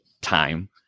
time